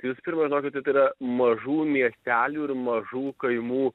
jūs pirma žinokite tai yra mažų miestelių ir mažų kaimų